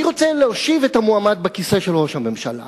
אני רוצה להושיב את המועמד בכיסא של ראש הממשלה,